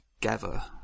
together